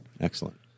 Excellent